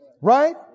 Right